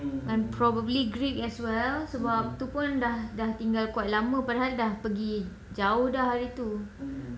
and probably greek as well sebab tu pun dah tinggal quite lama padahal dah pergi jauh dah hari tu